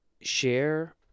share